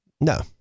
No